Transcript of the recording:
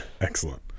Excellent